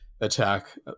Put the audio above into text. attack